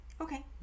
Okay